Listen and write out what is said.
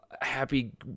happy